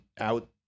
out